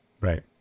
Right